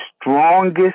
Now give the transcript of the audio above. strongest